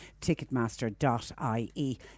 Ticketmaster.ie